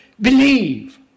believe